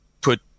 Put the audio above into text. put